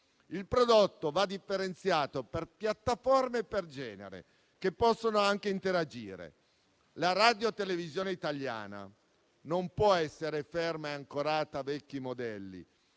Il prodotto va differenziato per piattaforme e per genere, che possono anche interagire. La Radiotelevisione italiana non può essere ferma e ancorata a vecchi modelli,